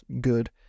good